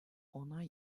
onay